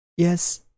Yes